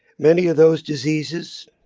many of those diseases,